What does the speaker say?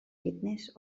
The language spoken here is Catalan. fitness